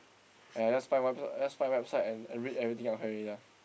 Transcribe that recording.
!aiya! just find one episode just find website and and read everything out can already lah